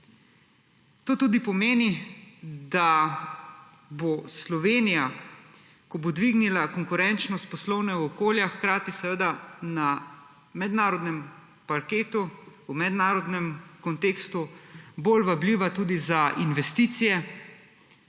To tudi pomeni, da bo Slovenija, ko bo dvignila konkurenčnost poslovnega okolja, hkrati seveda na mednarodnem parketu v mednarodnem kontekstu bolj vabljiva tudi za investicije,